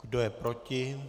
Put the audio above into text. Kdo je proti?